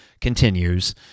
continues